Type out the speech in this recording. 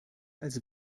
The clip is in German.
als